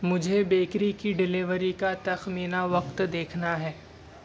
مجھے بیکری کی ڈیلیوری کا تخمینہ وقت دیکھنا ہے